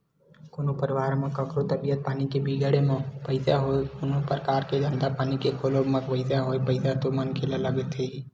कोनो परवार म कखरो तबीयत पानी के बिगड़े म पइसा होय कोनो परकार के धंधा पानी के खोलब म पइसा होय पइसा तो मनखे ल लगथे ही